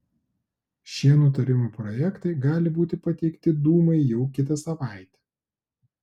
šie nutarimo projektai gali būti pateikti dūmai jau kitą savaitę